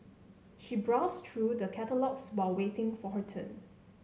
she browsed through the catalogues while waiting for her turn